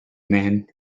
man